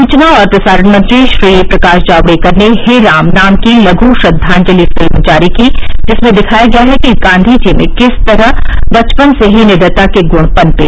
सूचना और प्रसारण मंत्री श्री प्रकाश जावड़ेकर ने हे राम नाम की लघु श्रद्वांजलि फिल्म जारी की जिसमें दिखाया गया है कि गांधी जी में किस तरह दचपन से ही निडरता के गुण पनपे